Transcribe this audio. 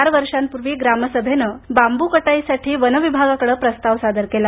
चार वर्षांपूर्वी ग्रामसभेने बांबू कटाईसाठी वन विभागाकडे प्रस्ताव सादर केला